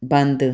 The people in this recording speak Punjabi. ਬੰਦ